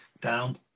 down